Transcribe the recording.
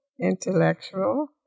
intellectual